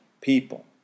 people